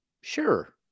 Sure